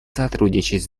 сотрудничать